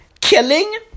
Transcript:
killing